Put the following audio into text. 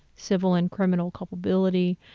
civil and criminal culpability,